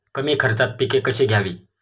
कमी खर्चात पिके कशी घ्यावी?